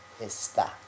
está